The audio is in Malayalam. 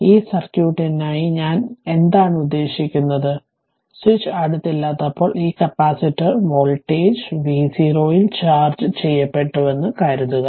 ഈ സർക്യൂട്ടിനായി ഞാൻ എന്താണ് ഉദ്ദേശിക്കുന്നത് സ്വിച്ച് അടുത്തില്ലാത്തപ്പോൾ ഈ കപ്പാസിറ്റർ വോൾട്ടേജ് v0 ൽ ചാർജ്ജ് ചെയ്യപ്പെട്ടുവെന്ന് കരുതുക